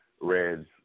Red's